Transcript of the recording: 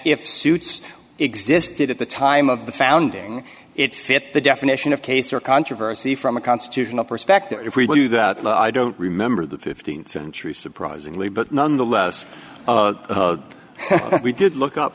if suits existed at the time of the founding it fit the definition of case or controversy from a constitutional perspective if we do that i don't remember the th century surprisingly but nonetheless we did look up